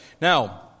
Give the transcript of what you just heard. now